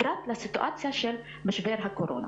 פרט לסיטואציה של משבר הקורונה.